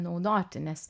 naudoti nes